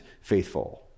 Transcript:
faithful